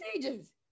stages